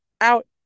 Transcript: out